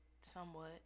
somewhat